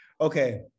okay